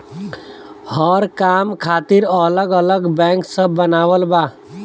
हर काम खातिर अलग अलग बैंक सब बनावल बा